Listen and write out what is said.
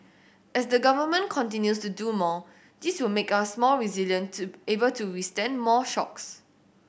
as the Government continues to do more this will make us more resilient to able to withstand more shocks